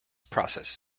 process